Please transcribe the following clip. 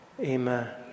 amen